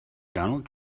donald